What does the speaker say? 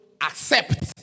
accept